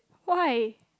why